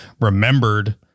remembered